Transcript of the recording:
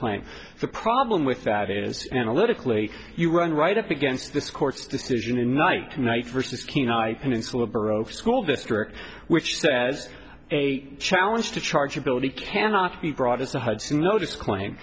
claim the problem with that is analytically you were right up against this court's decision and night tonight versus kenai peninsula school district which says a challenge to charge ability cannot be brought as the hudson notice claim